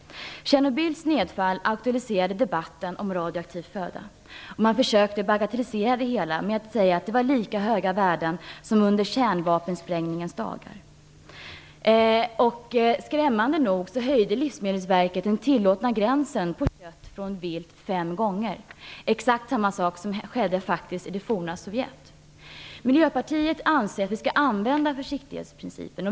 Nedfallet från Tjernobyl aktualiserade debatten om radioaktiv föda. Man försökte bagatellisera det hela med att säga att det var lika höga värden som under kärnvapensprängningens dagar. Skrämmande nog höjde Livsmedelsverket den tillåtna gränsen på kött från vilt fem gånger. Det var exakt samma sak som skedde i det forna Sovjet. Miljöpartiet anser att vi skall använda försiktighetsprincipen.